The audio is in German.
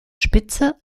spitze